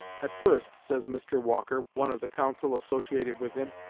at first, says mr. walker, one of the counsel associated with him,